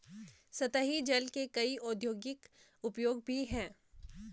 सतही जल के कई औद्योगिक उपयोग भी हैं